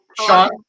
sean